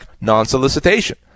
non-solicitation